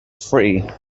free